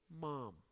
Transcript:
mom